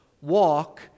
Walk